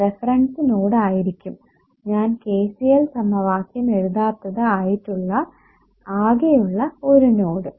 reference node ആയിരിക്കും ഞാൻ KCL സമവാക്യം എഴുതാത്തത് ആയിട്ടുള്ള ആകെയുള്ള ഒരു നോഡ്